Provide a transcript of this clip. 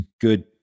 good